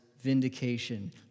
vindication